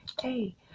hey